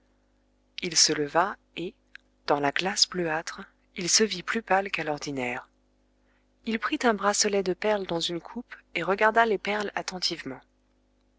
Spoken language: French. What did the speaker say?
il se leva et dans la glace bleuâtre il se vit plus pâle qu'à l'ordinaire il prit un bracelet de perles dans une coupe et regarda les perles attentivement